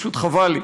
פשוט חבל לי.